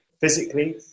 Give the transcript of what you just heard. physically